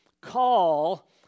call